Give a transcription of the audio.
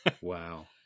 Wow